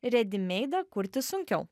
redi meidą kurti sunkiau